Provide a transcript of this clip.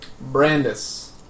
Brandis